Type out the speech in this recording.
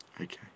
Okay